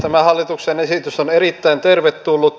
tämä hallituksen esitys on erittäin tervetullut